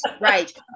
right